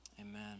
amen